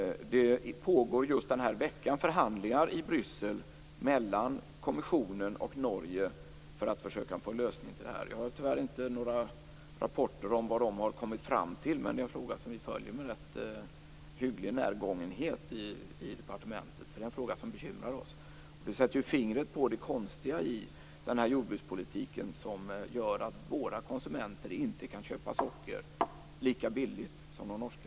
Det pågår just den här veckan förhandlingar i Bryssel mellan kommissionen och Norge för att försöka få lösning på frågan. Jag har tyvärr inte några rapporter om vad man har kommit fram till. Men det är en fråga som vi följer med rätt hygglig närgångenhet i departementet. Det är en fråga som bekymrar oss. Det sätter fingret på det konstiga i jordbrukspolitiken som gör att våra konsumenter inte kan köpa socker lika billigt som de norska.